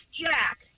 Jack